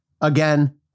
again